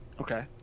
okay